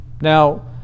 Now